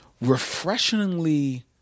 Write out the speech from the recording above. refreshingly